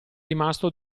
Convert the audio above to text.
rimasto